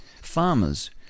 Farmers